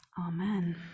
Amen